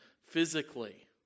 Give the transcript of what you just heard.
physically